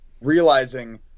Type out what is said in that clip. realizing